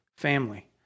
family